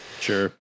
Sure